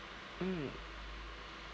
mm